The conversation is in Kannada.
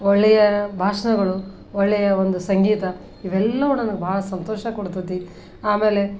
ಒಳ್ಳೆಯ ಭಾಷಣಗಳು ಒಳ್ಳೆಯ ಒಂದು ಸಂಗೀತ ಇವೆಲ್ಲವು ನನಗೆ ಭಾಳ ಸಂತೋಷ ಕೊಡ್ತದೆ ಆಮೇಲೆ